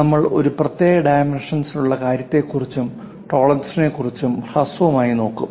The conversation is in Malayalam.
നമ്മൾ ഒരു പ്രത്യേക ഡൈമെൻഷൻസ്ലുള്ള കാര്യത്തെക്കുറിച്ചും ടോളറൻസിനെ ക്കുറിച്ചും ഹ്രസ്വമായി നോക്കും